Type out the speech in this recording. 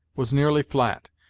was nearly flat,